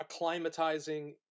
acclimatizing